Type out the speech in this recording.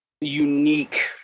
unique